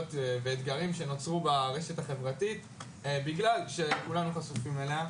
ואתגרים שנוצרו ברשת החברתית בגלל שכולנו חשופים אליה.